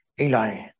Eli